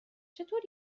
چطور